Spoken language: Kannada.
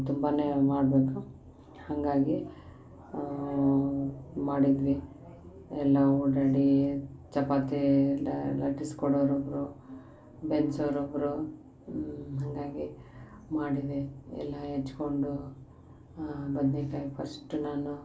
ತುಂಬನೆ ಮಾಡಬೇಕು ಹಾಗಾಗಿ ಮಾಡಿದ್ವಿ ಎಲ್ಲ ಓಡಾಡೀ ಚಪಾತೀ ಎಲ್ಲ ಲಟ್ಟಿಸಿ ಕೊಡೋರು ಒಬ್ಬರು ಬೇಯ್ಸೋರು ಒಬ್ಬರು ಹಾಗಾಗಿ ಮಾಡಿದೆ ಎಲ್ಲ ಹೆಚ್ಕೊಂಡು ಬದ್ನಿಕಾಯಿ ಫಸ್ಟ್ ನಾನು